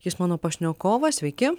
jis mano pašnekovas sveiki